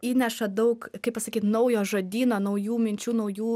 įneša daug kaip pasakyt naujo žodyno naujų minčių naujų